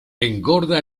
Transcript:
engorda